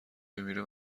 بمیره